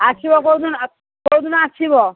ଆସିବ କୋଉ ଦିନ କୋଉ ଦିନ ଆସିବ